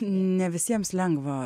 ne visiems lengva